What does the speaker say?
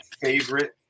favorite